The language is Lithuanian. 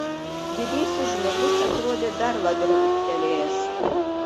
didysis žmogus atrodė dar labiau ūgtelėjęs